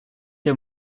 der